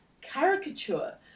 caricature